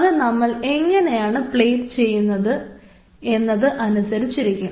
അത് നമ്മൾ എങ്ങനെയാണ് പ്ലേറ്റ് ചെയ്യുന്നത് എന്നത് അനുസരിച്ചിരിക്കും